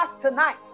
tonight